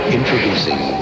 Introducing